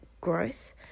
growth